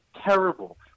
terrible